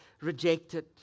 rejected